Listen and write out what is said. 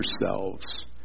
yourselves